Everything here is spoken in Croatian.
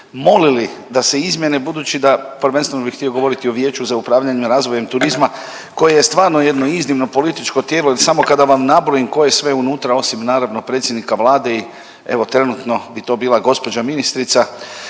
molili da se izmijene budući da, prvenstveno bi htio govoriti o Vijeću za upravljanje razvojem turizma koje je stvarno jedno iznimno političko tijelo jel samo kada vam nabrojim tko je sve unutra osim naravno predsjednika Vlade i evo trenutno bi to bila gospođa ministrica,